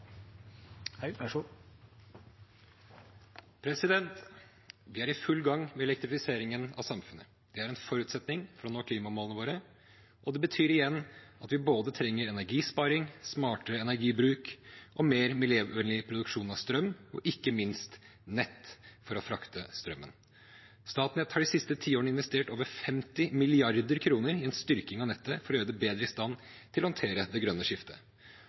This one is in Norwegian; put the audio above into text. en forutsetning for å nå klimamålene våre, og det betyr igjen at vi trenger både energisparing, smartere energibruk, mer miljøvennlig produksjon av strøm og ikke minst nett for å frakte strømmen. Statnett har de siste tiårene investert over 50 mrd. kr i en styrking av nettet for å gjøre det bedre i stand til å håndtere det grønne skiftet.